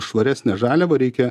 švaresnę žaliavą reikia